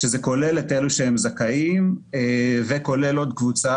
שזה כולל את אלה שהם זכאים וכולל עוד קבוצה